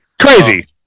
Crazy